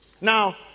Now